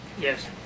Yes